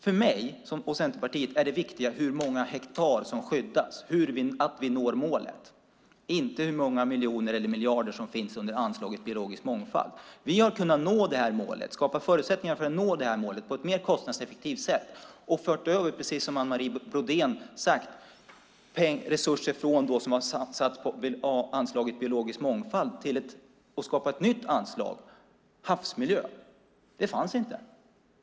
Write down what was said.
För mig och Centerpartiet är det viktiga hur många hektar som skyddas, att vi når målet - inte hur många miljoner och miljarder som finns under anslaget för biologisk mångfald. Vi har kunnat skapa förutsättningar för att nå det målet på ett mer kostnadseffektivt sätt och, precis som Anita Brodén har sagt, fört över resurser från det anslaget till ett nytt anslag för havsmiljö som har skapats.